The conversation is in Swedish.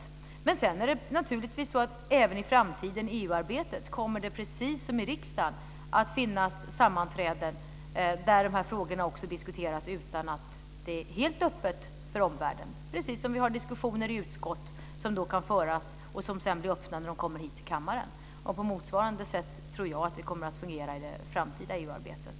Även i framtiden kommer det naturligtvis i EU arbetet, precis som i riksdagen, att finnas sammanträden där dessa frågor också diskuteras utan att det är helt öppet för omvärlden - precis som vi har diskussioner som kan föras i utskott och som sedan blir öppna när de kommer hit till kammaren. På motsvarande sätt tror jag att det kommer att fungera i det framtida EU-arbetet.